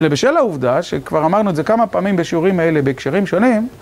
ובשל העובדה, שכבר אמרנו את זה כמה פעמים בשיעורים האלה, בהקשרים שונים...